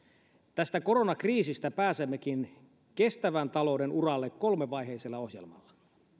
tästä koronakriisistä pääsemmekin kestävän talouden uralle kolmivaiheisella ohjelmalla